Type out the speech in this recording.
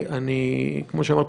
כמו שאמרתי,